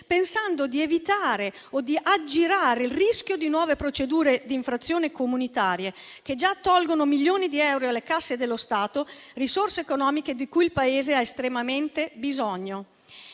pensando di evitare o di aggirare il rischio di nuove procedure di infrazione comunitarie, che già sottraggono milioni di euro alle casse dello Stato, risorse economiche di cui il Paese ha estremamente bisogno.